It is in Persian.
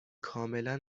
کاملا